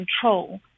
control